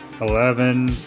eleven